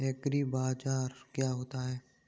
एग्रीबाजार क्या होता है?